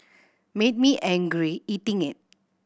made me angry eating it